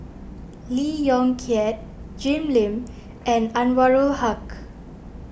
Lee Yong Kiat Jim Lim and Anwarul Haque